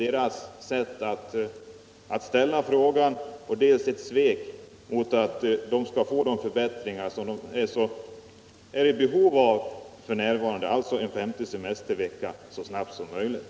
Jag tycker att det är ett sätt att diskutera som innebär Torsdagen den mestervecka så snabbt som möjligt.